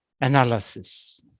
analysis